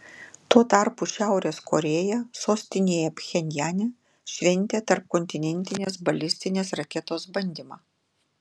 tuo tarpu šiaurės korėja sostinėje pchenjane šventė tarpkontinentinės balistinės raketos bandymą